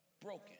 Broken